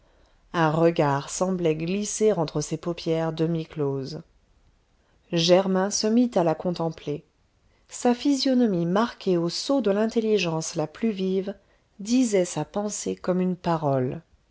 un regard semblait glisser entre ses paupières demi closes germain se mit à la contempler sa physionomie marquée au sceau de l'intelligence la plus vive disait sa pensée comme une parole